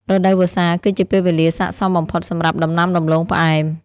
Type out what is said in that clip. រដូវវស្សា គឺជាពេលវេលាស័ក្តិសមបំផុតសម្រាប់ដំណាំដំឡូងផ្អែម។